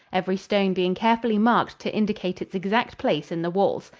every stone being carefully marked to indicate its exact place in the walls.